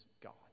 God